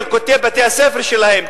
ילקוטי בתי-הספר שלהם,